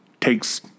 takes